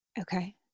Okay